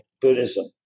Buddhism